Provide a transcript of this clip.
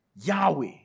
Yahweh